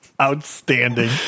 outstanding